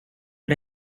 för